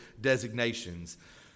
designations